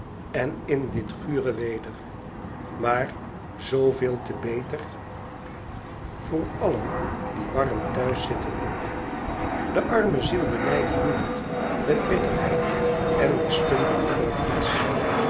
en in dit gure weder maar zooveel te beter voor allen die warm thuis zitten de arme ziel benijdde niemand met bitterheid en misgunde niemand iets